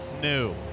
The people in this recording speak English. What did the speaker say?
new